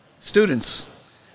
students